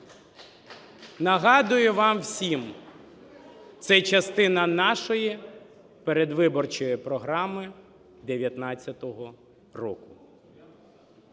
Нагадую вам всім: це частина нашої передвиборчої програми 2019 року.